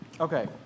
Okay